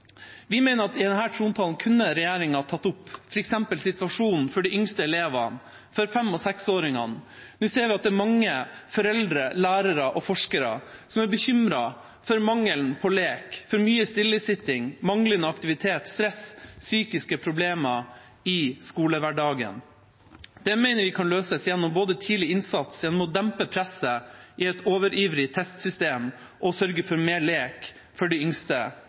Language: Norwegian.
Vi mener at i denne trontalen kunne regjeringa tatt opp f.eks. situasjonen for de yngste elevene, femåringene og seksåringene. Nå ser vi at det er mange foreldre, lærere og forskere som er bekymret for mangelen på lek, for mye stillesitting, manglende aktivitet, stress og psykiske problemer i skolehverdagen. Det mener vi kan løses gjennom både tidlig innsats, ved å dempe presset i et overivrig testsystem og ved å sørge for mer lek for de yngste